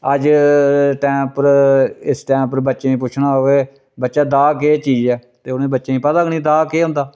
अज्ज टैम पर इस टैम पर बच्चें गी पुच्छना होआ केह् बच्चा दाग केह् चीज ऐ ते उ'नेंगी बच्चें गी पता गै नी दाग केह् होंदा